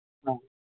ꯑꯥ